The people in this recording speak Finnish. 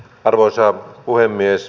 arvoisa puhemies